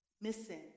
missing